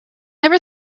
never